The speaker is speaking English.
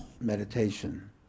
meditation